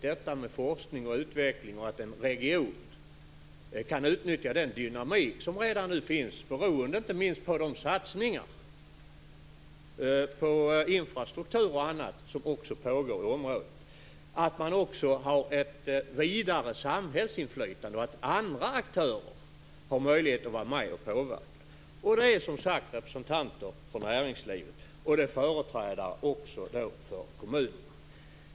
Det är viktigt att en region kan utnyttja den dynamik som redan finns, beroende inte minst på de satsningar på infrastruktur och annat som också pågår i området, och att man också har ett vidare samhällsinflytande genom att andra aktörer har möjligheter att vara med och påverka. Det är som sagt representanter för näringslivet och företrädare för kommuner med i kommittén.